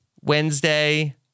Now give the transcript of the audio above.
Wednesday